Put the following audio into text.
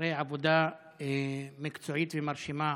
אחרי עבודה מקצועית ומרשימה